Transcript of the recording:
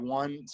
one